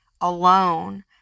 alone